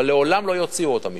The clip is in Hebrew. אבל לעולם לא יוציאו אותם משם.